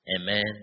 amen